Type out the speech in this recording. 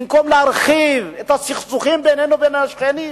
במקום להרחיב את הסכסוכים בינינו לבין השכנים,